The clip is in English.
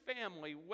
family